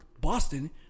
Boston